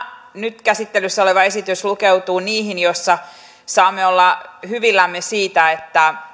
nyt käsittelyssä oleva esitys lukeutuu niihin joissa saamme olla hyvillämme siitä että